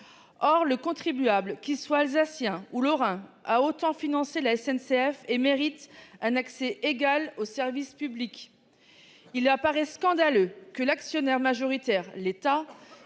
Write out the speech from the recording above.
Or le contribuable, qu'il soit alsacien ou lorrain, a tout autant financé la SNCF et mérite un égal accès au service public. Il est scandaleux que l'actionnaire majoritaire de la